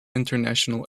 international